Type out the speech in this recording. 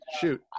Shoot